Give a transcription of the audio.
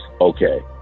okay